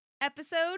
episode